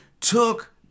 took